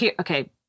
okay